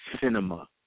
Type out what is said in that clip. cinema